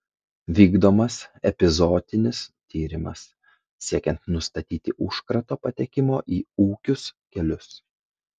vykdomas epizootinis tyrimas siekiant nustatyti užkrato patekimo į ūkius kelius